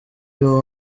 iyo